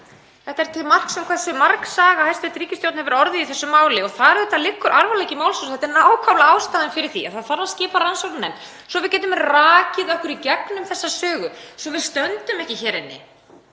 Þetta er til marks um hversu margsaga hæstv. ríkisstjórn hefur verið í þessu máli og þar liggur alvarleiki málsins. Þetta er nákvæmlega ástæðan fyrir því að það þarf að skipa rannsóknarnefnd svo við getum rakið okkur í gegnum þessa sögu, svo við stöndum ekki hér inni